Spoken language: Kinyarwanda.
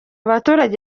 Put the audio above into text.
baturage